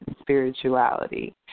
spirituality